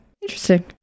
Interesting